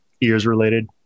ears-related